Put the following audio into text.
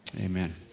amen